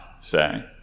say